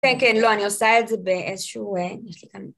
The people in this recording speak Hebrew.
כן, כן, לא, אני עושה את זה באיזשהו...